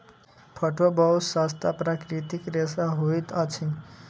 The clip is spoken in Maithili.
पटुआ बहुत सस्ता प्राकृतिक रेशा होइत अछि